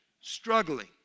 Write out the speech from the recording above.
struggling